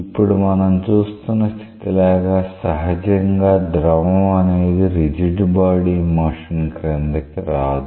ఇప్పుడు మనం చూస్తున్న స్థితి లాగా సహజంగా ద్రవం అనేది రిజిడ్ బాడీ మోషన్ క్రిందికి రాదు